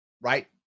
right